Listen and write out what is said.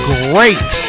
great